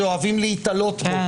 שאוהבים להיתלות בו,